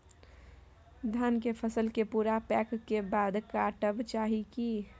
धान के फसल के पूरा पकै के बाद काटब चाही की?